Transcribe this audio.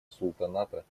султаната